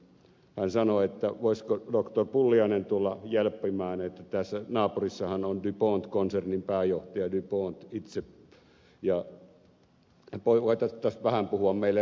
hän sanoi että voisiko doctor pulliainen tulla jelppimään että tässä naapurissahan on du pont konsernin pääjohtaja du pont itse ja toivoi että voitaisiin puhua meille vähän rahaa